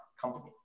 company